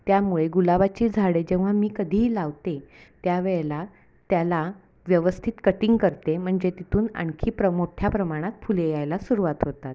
त्यामुळे गुलाबाची झाडे जेव्हा मी कधीही लावते त्यावेळेला त्याला व्यवस्थित कटिंग करते म्हणजे तिथून आणखी प्र मोठ्ठ्या प्रमाणात फुले यायला सुरुवात होतात